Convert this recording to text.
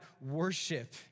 worship